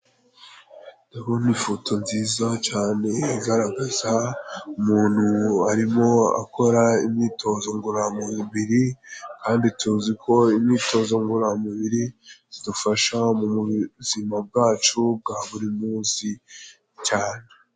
Ndabona ifoto nziza cyane igaragaza umuntu arimo akora imyitozo ngororamumubiri, kandi tuzi ko imyitozo ngororamubiri zidufasha mu buzima bwacu bwa buri munsi cyane.